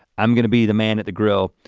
i'm gonna be the man at the grill.